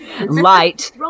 light